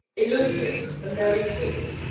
elusive and very sweet,